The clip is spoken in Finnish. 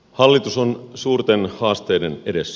hallitus on suurten haasteiden edessä